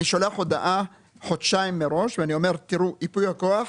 אני שולח הודעה חודשיים מראש ואני אומר: ייפוי הכוח,